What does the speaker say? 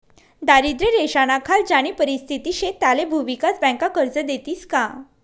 दारिद्र्य रेषानाखाल ज्यानी परिस्थिती शे त्याले भुविकास बँका कर्ज देतीस का?